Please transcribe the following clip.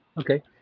Okay